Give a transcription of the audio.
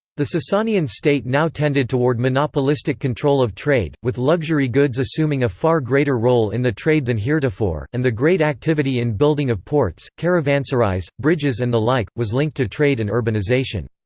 the sasanian state now tended toward monopolistic control of trade, with luxury goods assuming a far greater role in the trade than heretofore, and the great activity in building of ports, caravanserais, bridges and the like, was linked to trade and urbanization.